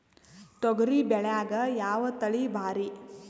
ತೊಗರಿ ಬ್ಯಾಳ್ಯಾಗ ಯಾವ ತಳಿ ಭಾರಿ?